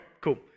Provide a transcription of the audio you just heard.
cool